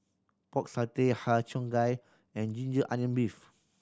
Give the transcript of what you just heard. Pork Satay Har Cheong Gai and ginger onion beef